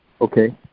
Okay